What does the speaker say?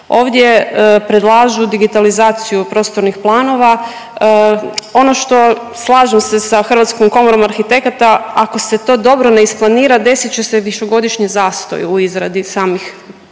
Ovdje predlažu digitalizaciju prostornih planova, ono što, slažem se sa Hrvatskom komorom arhitekata, ako se to dobro ne isplanira, desit će se višegodišnji zastoj u izradi samih